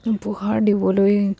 উপহাৰ দিবলৈ